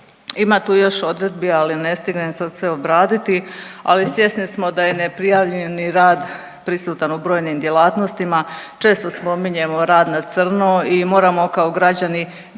Ima tu još odredbi, ali ne stignem sad sve obraditi, ali svjesni smo da je neprijavljeni rad prisutan u brojnim djelatnostima, često spominjemo rad na crno i moramo kao građani biti